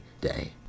day